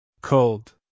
Cold